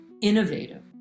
innovative